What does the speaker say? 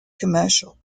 commercial